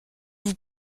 vous